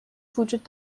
وجود